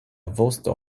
vosto